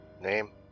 name